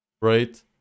right